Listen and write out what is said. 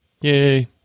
Yay